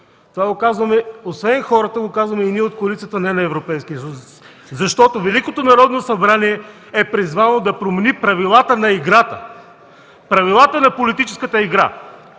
събрание е нужно. Освен хората, това го казваме и ние от коалицията „Не на Европейския съюз!” Защото Великото Народно събрание е призвано да промени правилата на играта, правилата на политическата игра.